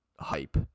hype